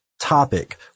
topic